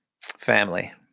family